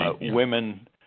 women